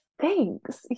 Thanks